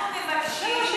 אנחנו מבקשים,